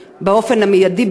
באופן המיידי ביותר,